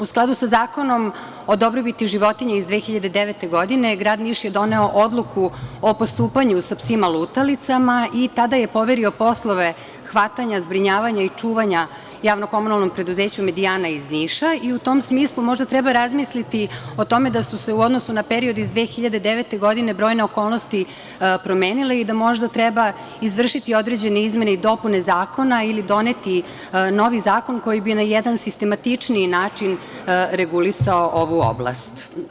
U skladu sa Zakonom o dobrobiti životinja iz 2009. godine, grad Niš je doneo odluku o postupanju sa psima lutalicama i tada je poverio poslove hvatanja, zbrinjavanja i čuvanja JKP „Mediana“ iz Niša i u tom smislu možda treba razmisliti o tome da su se u odnosu na period iz 2009. godine brojne okolnosti promenile i da možda treba izvršiti određene izmene i dopune zakona ili doneti novi zakon koji bi na jedan sistematičniji način regulisao ovu oblast.